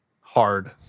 Hard